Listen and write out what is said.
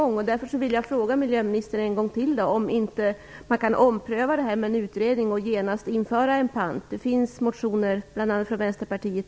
Jag vill därför ännu en gång fråga miljöministern om man inte kan ompröva beslutet om en utredning och i stället genast införa en pant. Det finns motioner om detta, bl.a. från Vänsterpartiet.